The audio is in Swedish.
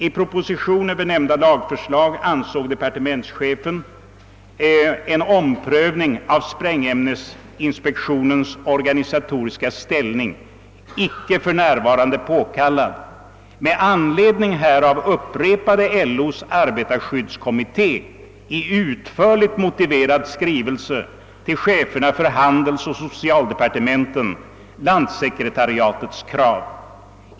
I proposition över nämnda lagförslag ansåg departementschefen en omprövning av sprängämnesinspektionens organisatoriska ställning icke för närvarande påkallad. Med anledning härav upprepade LO:s arbetarskyddskommitté i utförligt motiverad skrivelse till cheferna för handelsoch socialdepartementen landssekretariatets krav.